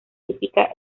típica